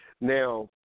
Now